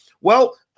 Well-